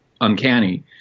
uncanny